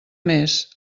més